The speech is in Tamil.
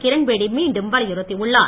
கிரண்பேடி மீண்டும் வலியுறுத்தியுள்ளார்